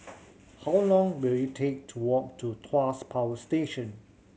how long will it take to walk to Tuas Power Station